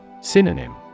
Synonym